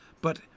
but